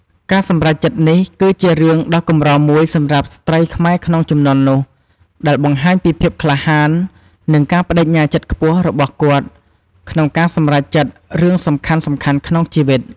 ការសម្រេចចិត្តនេះគឺជារឿងដ៏កម្រមួយសម្រាប់ស្ត្រីខ្មែរក្នុងជំនាន់នោះ ដែលបង្ហាញពីភាពក្លាហាន និងការប្ដេជ្ញាចិត្តខ្ពស់របស់គាត់ក្នុងការសម្រេចចិត្តរឿងសំខាន់ៗក្នុងជីវិត។